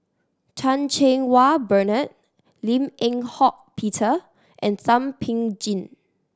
Chan Cheng Wah Bernard Lim Eng Hock Peter and Thum Ping Tjin